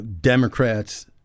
Democrats